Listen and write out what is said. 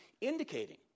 Indicating